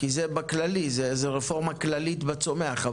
כי זה בכללי, זו רפורמה כללית בצומח.